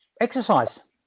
exercise